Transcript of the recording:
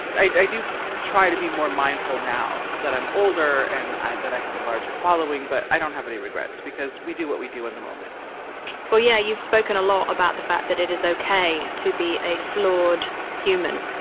i i do try to be more mindful now that i'm older and that i have a larger following. but i don't have any regrets because we do what we do in the moment well, yeah, you've spoken a lot about the fact that it is okay to be a flawed human,